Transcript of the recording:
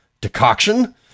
Decoction